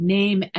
name